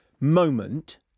moment